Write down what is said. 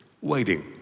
waiting